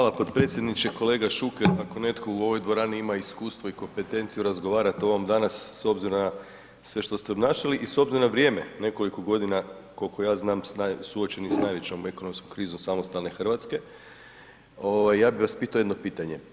Hvala potpredsjedniče, kolega Šuker ako netko u ovoj dvorani ima iskustvo i kompetencije razgovarat o ovom danas s obzirom na sve što ste obnašali i s obzirom na vrijeme, nekoliko godina, kolko ja znam, suočeni s najvećom ekonomskom krizom samostalne RH, ja bi vas pitao jedno pitanje.